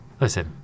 Listen